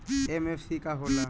MFC का हो़ला?